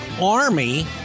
Army